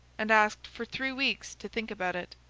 and asked for three weeks to think about it.